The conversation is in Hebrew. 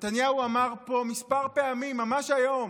נתניהו אמר פה מספר פעמים, ממש היום,